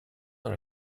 dans